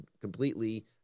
completely